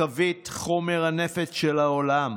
חבית חומר הנפץ של העולם.